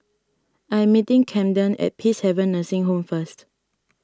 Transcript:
I am meeting Camden at Peacehaven Nursing Home first